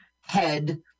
head